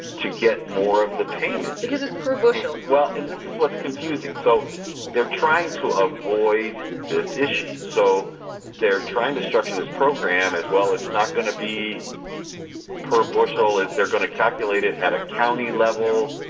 to get more of the payment because it's per bushel well, and this is what's confusing. so they're trying to avoid this issue. so they're trying to structure this program as, well, it's not going to be per bushel. they're going to calculate it at a county level.